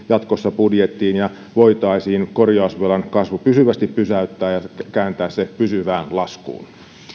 jatkossa budjettiin ja voitaisiin korjausvelan kasvu pysyvästi pysäyttää ja kääntää se pysyvään laskuun